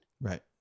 Right